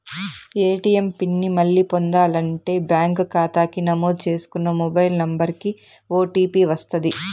ATM PIN ని మళ్ళీ పొందాలంటే బ్యాంకు కాతాకి నమోదు చేసుకున్న మొబైల్ నంబరికి ఓ.టీ.పి వస్తది